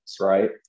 right